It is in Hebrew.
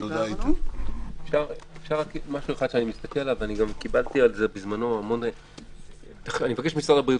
אני מבקש ממשרד הבריאות